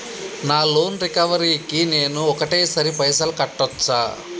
నా loan recovery కి నేను ఒకటేసరి పైసల్ కట్టొచ్చా?